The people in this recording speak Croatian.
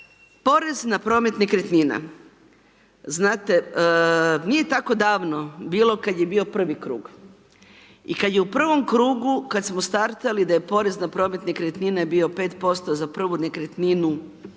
Porez na promet nekretnina, znate nije tako davno bilo kad je bio prvi krug. I kad je u prvom krugu, kad smo startali da je porez na promet nekretnina bio 5%, za prvu nekretninu